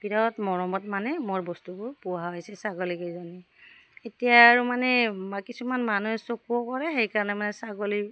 বিৰাট মৰমত মানে মোৰ বস্তুবোৰ পোহা হৈছে ছাগলীকেইজনী এতিয়া আৰু মানে বা কিছুমান মানুহে চকোও কৰে সেইকাৰণে মানে ছাগলী